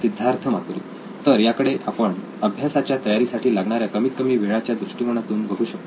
सिद्धार्थ मातुरी तर याकडे आपण अभ्यासाच्या तयारी साठी लागणाऱ्या कमीत कमी वेळाच्या दृष्टिकोनातून बघू शकतो